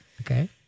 Okay